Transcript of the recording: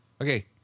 Okay